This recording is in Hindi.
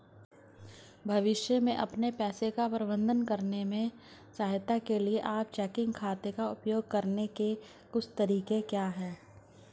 भविष्य में अपने पैसे का प्रबंधन करने में सहायता के लिए आप चेकिंग खाते का उपयोग करने के कुछ तरीके क्या हैं?